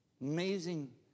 Amazing